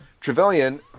Trevelyan